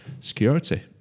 Security